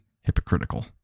hypocritical